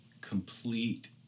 complete